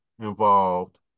involved